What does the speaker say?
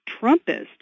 Trumpist